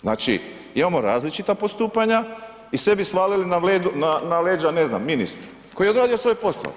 Znači, imamo različita postupanja i sve bi svalili na leđa, ne znam, ministru koji je odradio svoj posao.